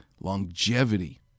Longevity